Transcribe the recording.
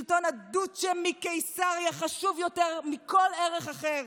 שלטון הדוצ'ה מקיסריה חשוב יותר מכל ערך אחר.